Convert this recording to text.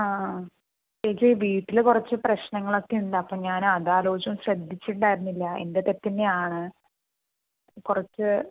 ആ ആ ചേച്ചി വീട്ടിൽ കുറച്ച് പ്രശ്നങ്ങളൊക്കെ ഉണ്ട് അപ്പോൾ ഞാൻ അതാലോചിച്ചുകൊണ്ട് ശ്രദ്ധിച്ചിട്ടുണ്ടായിരുന്നില്ല എൻ്റെ തെറ്റ് തന്നെയാണ് കുറച്ച്